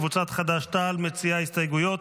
קבוצת חד"ש-תע"ל מציעה הסתייגויות.